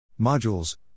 Modules